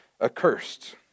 accursed